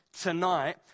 tonight